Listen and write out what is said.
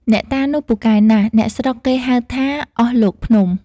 អ្នកតានោះ ពូកែណាស់ អ្នកស្រុកគេហៅថា អស់លោកភ្នំ ។